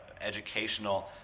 educational